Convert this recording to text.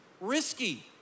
risky